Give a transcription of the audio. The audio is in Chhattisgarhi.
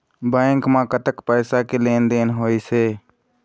बैंक म कतक पैसा के लेन देन होइस हे?